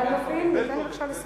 אבל מפריעים לי, תן לי בבקשה לסיים.